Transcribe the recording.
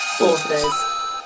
authors